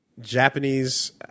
Japanese